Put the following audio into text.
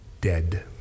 dead